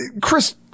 Chris